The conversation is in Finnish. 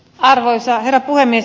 arvoisa herra puhemies